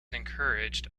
encouraged